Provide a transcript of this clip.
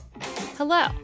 Hello